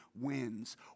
wins